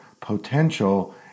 potential